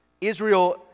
Israel